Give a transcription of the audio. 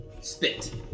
Spit